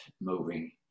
moving